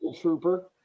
trooper